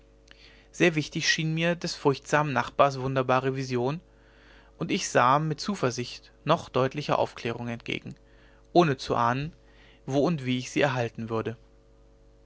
sehr wichtig schien mir des furchtsamen nachbars wunderbare vision und ich sah mit zuversicht noch deutlicher aufklärung entgegen ohne zu ahnen wo und wie ich sie erhalten würde